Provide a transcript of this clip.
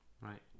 Right